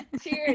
Cheers